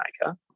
maker